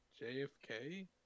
JFK